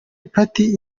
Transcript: party